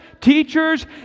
teachers